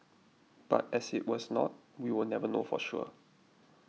but as it was not we will never know for sure